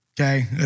Okay